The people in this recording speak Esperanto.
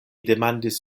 demandis